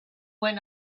went